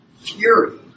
fury